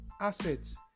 assets